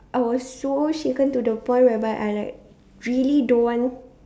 I was so shaken to the point whereby I like really don't want